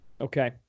Okay